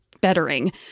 bettering